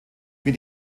mit